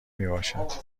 میباشد